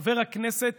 חבר הכנסת